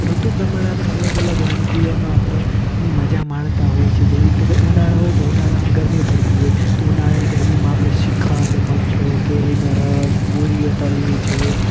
ઋતુ પ્રમાણે આપણે આપણે અલગ અલગ વાનગીઓનો આપણે ની મજા માણતા હોઈ છે જેવી રીતે કે ઉનાળો હોય તો ઉનાળામાં ગરમી પળતી હોય તો ઉનાળાની ગરમીમાં આપળે શ્રીખંડ મઠો કેરીનો રસ પૂરીઓ તળવી જેવી